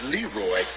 Leroy